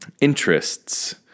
interests